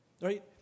Right